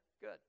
good